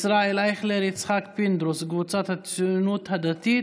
ישראל אייכלר, יצחק פינדרוס, קבוצת הציונות הדתית,